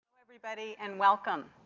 everybody and welcome!